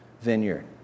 vineyard